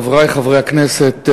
חברי חברי הכנסת,